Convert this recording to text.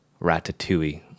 Ratatouille